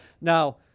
Now